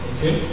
Okay